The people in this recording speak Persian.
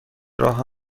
راه